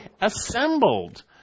assembled